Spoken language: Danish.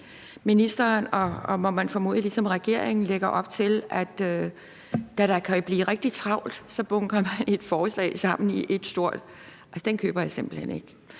ministeren og – må man formode – regeringen lægger op til, at når der er rigtig travlt, bunker man mange forslag sammen i ét stort. Altså, den køber jeg simpelt hen ikke.